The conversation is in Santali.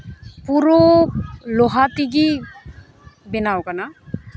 ᱯᱩᱨᱳ ᱞᱳᱦᱟ ᱛᱮᱜᱮ ᱵᱮᱱᱟᱣ ᱠᱟᱱᱟ